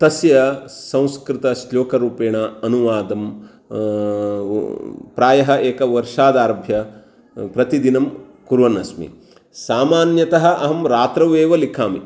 तस्य संस्कृतश्लोकरूपेण अनुवादं प्रायः एकवर्षादारभ्य प्रतिदिनं कुर्वन्नस्मि सामान्यतः अहं रात्रौ एव लिखामि